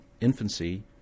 infancy